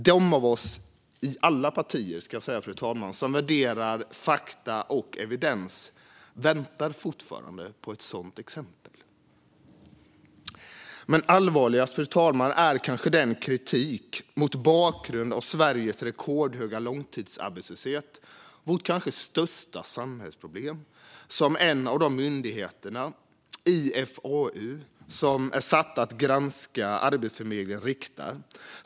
De av oss - i alla partier, ska jag säga, fru talman - som värderar fakta och evidens väntar fortfarande på ett sådant exempel. Allvarligast, fru talman, är kanske den kritik mot bakgrund av Sveriges rekordhöga långtidsarbetslöshet - vårt kanske största samhällsproblem - som IFAU, en av de myndigheter som är satta att granska Arbetsförmedlingen, riktar.